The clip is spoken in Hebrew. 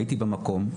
הייתי במקום,